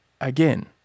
Again